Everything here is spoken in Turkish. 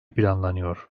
planlanıyor